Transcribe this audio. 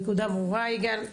יגאל.